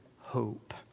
hope